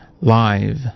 live